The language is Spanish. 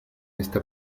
esta